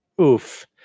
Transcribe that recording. oof